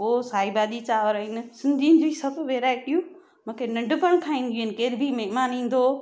पोइ साई भाजी चांवर आहिनि सिंधियुनि जी सभु वैराईटियूं मूंखे नंढपण खां ईंदियूं आहिनि केर बि महिमान ईंदो हुओ